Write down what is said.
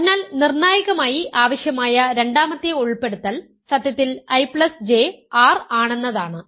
അതിനാൽ നിർണായകമായി ആവശ്യമായ രണ്ടാമത്തെ ഉൾപ്പെടുത്തൽ സത്യത്തിൽ IJ R ആണെന്നതാണ്